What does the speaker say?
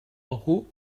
algú